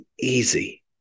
easy